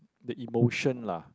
the emotion lah